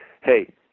hey